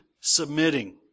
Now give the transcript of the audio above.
submitting